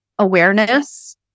Awareness